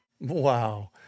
Wow